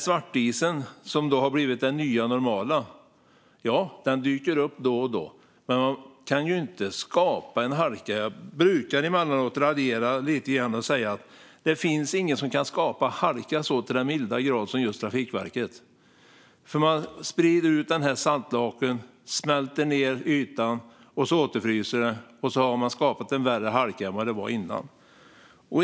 Svartisen, som har blivit det nya normala, dyker upp då och då. Men man ska ju inte skapa halka! Emellanåt brukar jag raljera lite grann och säga att det inte finns någon som kan skapa halka så till den milda grad som just Trafikverket. Man sprider ut saltlake och smälter ned ytan. Så fryser det på igen, och då har man skapat en värre halka än det var innan.